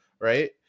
Right